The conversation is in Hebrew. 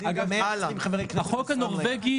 ------ החוק הנורבגי,